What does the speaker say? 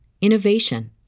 innovation